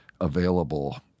available